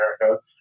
America